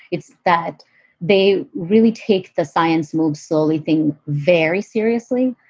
it's that they really take the science moves slowly, things very seriously,